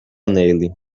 nele